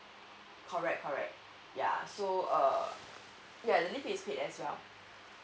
correct correct yeah so uh yeah the leave is paid as well